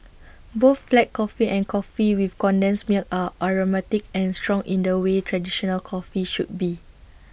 both black coffee and coffee with condensed milk are aromatic and strong in the way traditional coffee should be